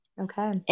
Okay